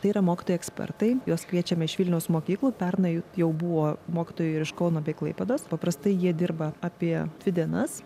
tai yra mokytojai ekspertai juos kviečiame iš vilniaus mokyklų pernai jų jau buvo mokytojų ir iš kauno bei klaipėdos paprastai jie dirba apie dvi dienas